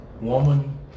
Woman